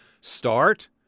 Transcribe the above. start